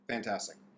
Fantastic